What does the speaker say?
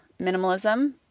Minimalism